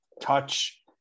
touch